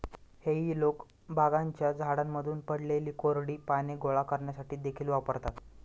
हेई लोक बागांच्या झाडांमधून पडलेली कोरडी पाने गोळा करण्यासाठी देखील वापरतात